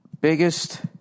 Biggest